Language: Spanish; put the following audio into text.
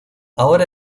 ahora